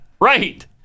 Right